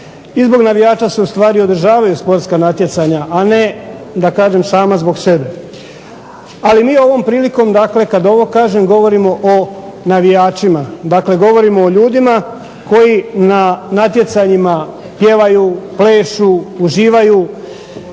I zbog navijača se ustvari održavaju sportska natjecanja, a ne da kažem samo zbog sebe. Ali mi ovom prilikom dakle kad ovo kažem govorimo o navijačima, dakle govorimo o ljudima koji na natjecanjima pjevaju, plešu, uživaju,